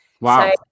Wow